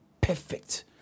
perfect